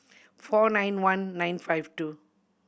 four nine one nine five two